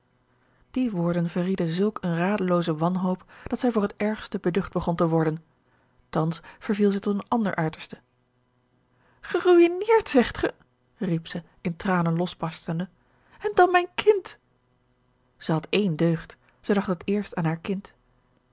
die woorden verrieden zulk eene radelooze wanhoop dat zij voor het ergste beducht begon te worden thans verviel zij tot een ander uiterste geruïneerd zegt gij riep zij in tranen losbarstende en dan george een ongeluksvogel mijn kind zij had ééne deugd zij dacht het eerst aan haar kind